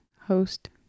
host